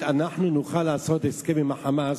אנחנו נוכל לעשות הסכם עם ה"חמאס",